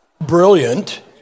Brilliant